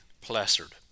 plastered